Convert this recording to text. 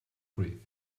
grief